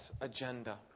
agenda